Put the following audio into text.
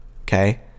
Okay